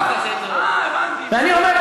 ואני אומר,